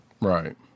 Right